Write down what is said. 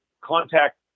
contact